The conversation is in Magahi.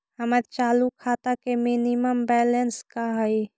हमर चालू खाता के मिनिमम बैलेंस का हई?